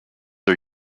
are